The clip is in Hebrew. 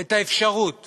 את האפשרות